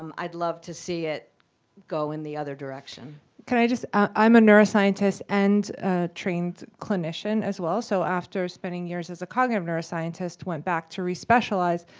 um i'd love to see it go in the other direction. berlin can i just i'm a neuroscientist and trained clinician as well, so after spending years as a cognitive neuroscientist went back to respecialize